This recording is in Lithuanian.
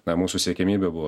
na mūsų siekiamybė buvo